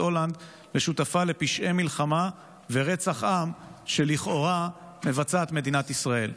הולנד לשותפה לפשעי מלחמה ורצח עם שלכאורה מבצעת מדינת ישראל.